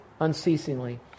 unceasingly